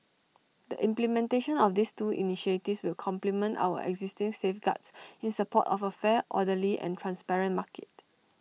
the implementation of these two initiatives will complement our existing safeguards in support of A fair orderly and transparent market